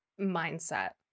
mindset